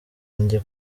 njye